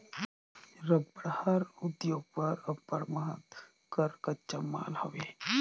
रबड़ हर उद्योग बर अब्बड़ महत कर कच्चा माल हवे